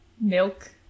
milk